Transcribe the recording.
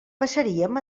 passaríem